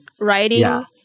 writing